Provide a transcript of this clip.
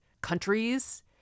countries